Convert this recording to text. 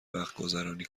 وقتگذرانی